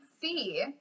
see